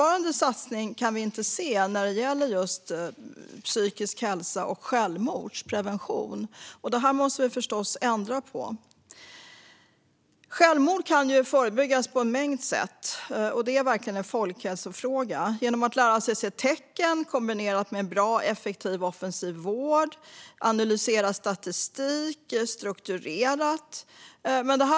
När det gäller psykisk hälsa och självmordsprevention har inte motsvarande satsning gjorts. Detta måste vi förstås ändra på. Självmord kan förebyggas på en mängd sätt, till exempel genom att lära sig se tecken kombinerat med en bra, effektiv och offensiv vård och genom att strukturerat analysera statistik.